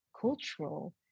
cultural